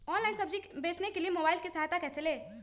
Online सब्जी बेचने के लिए मोबाईल की सहायता कैसे ले?